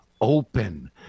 open